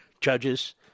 judges